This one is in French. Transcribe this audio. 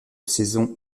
saison